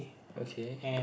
okay